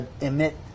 emit